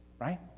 Right